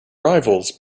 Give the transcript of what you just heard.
rivals